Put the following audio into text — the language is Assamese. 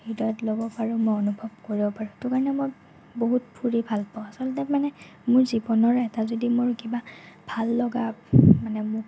হৃদয়ত ল'ব পাৰোঁ মই অনুভৱ কৰিব পাৰোঁ সেইটো কাৰণে মই বহুত ফুৰি ভাল পাওঁ আচলতে মানে মোৰ জীৱনৰ এটা যদি মোৰ কিবা ভাল লগা মানে মোক